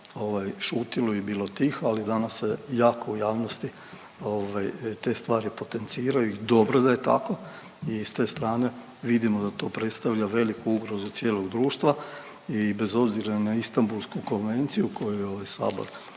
šutilo i bilo tiho ali danas se jako u javnosti, ovaj te stvari potenciraju i dobro da je tako i s te strane vidimo da to predstavlja veliku ugrozu cijelog društva i bez obzira na Istanbulsku konvenciju koju je ovaj